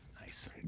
Nice